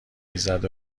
میزد